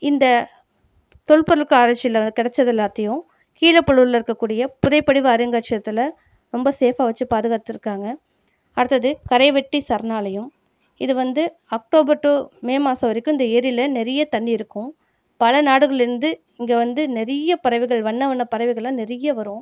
இந்த தொல்பொருளுக்கு ஆராய்ச்சியில் கிடைச்சது எல்லாத்தையும் கீழப்பழூவூரில் இருக்கக்கூடிய புதைப்படிவ அருங்காட்சியகத்தில் ரொம்ப ஸேஃப்பாக வெச்சு பாதுகாத்திருக்காங்க அடுத்தது கரைவெட்டி சரணாலயம் இது வந்து அக்டோபர் டு மே மாதம் வரைக்கும் இந்த ஏரியில் நிறைய தண்ணீர் இருக்கும் பல நாடுகளிலிருந்து இங்கே வந்து நிறைய பறவைகள் வண்ண வண்ணப் பறவைகள்லாம் நிறைய வரும்